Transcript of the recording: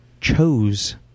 chose